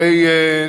הרי,